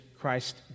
Christ